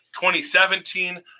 2017